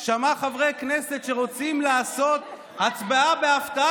אין מה לעשות, יש את הצד שרוב העם בחר,